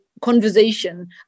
conversation